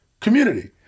community